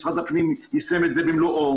משרד הפנים יישם את זה במלואו.